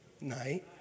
night